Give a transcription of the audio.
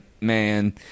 man